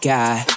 God